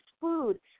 food